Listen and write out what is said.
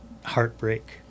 heartbreak